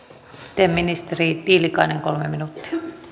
sitten ministeri tiilikainen kolme minuuttia